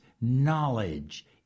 knowledge